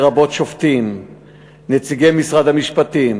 לרבות של שופטים ונציגי משרד המשפטים,